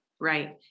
Right